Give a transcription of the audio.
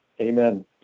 Amen